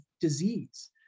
disease